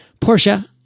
Portia